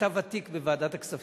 אתה ותיק בוועדת הכספים.